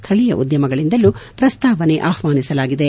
ಸ್ಥಳೀಯ ಉದ್ಯಮಗಳಿಂದಲೂ ಪ್ರಸ್ತಾವನೆ ಅಪ್ಟಾನಿಸಲಾಗಿದೆ